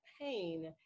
pain